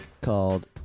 called